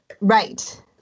Right